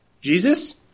Jesus